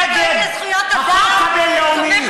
נגד החוק הבין-לאומי.